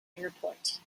airport